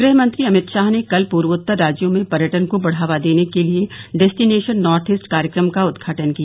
गृहमंत्री अमित शाह ने कल पूर्वोत्तर राज्यों में पर्यटन को बढ़ावा देने के लिए डेस्टीनेशन नॉर्थ ईस्ट कार्यक्रम का उदघाटन किया